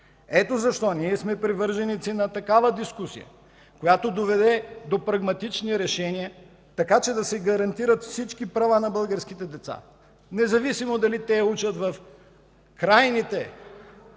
Ето защо ние сме привърженици на такава дискусия, която да доведе до прагматични решения, така че да се гарантират всички права на българските деца, независимо дали те учат в крайните